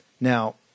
Now